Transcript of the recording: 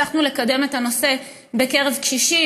הצלחנו לקדם את הנושא בקרב קשישים,